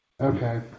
Okay